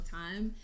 time